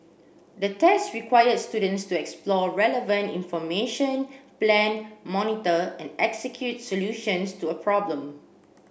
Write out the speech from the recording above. the test required students to explore relevant information plan monitor and execute solutions to a problem